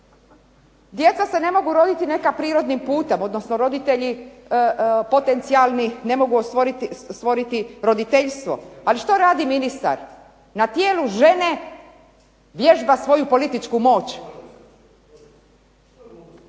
Djeca se ne mogu roditi neka prirodnim putem, odnosno roditelji potencijalni ne mogu ostvariti roditeljstvo. Ali što radi ministar? Na tijelu žene vježba svoju političku moć.